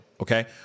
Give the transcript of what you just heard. okay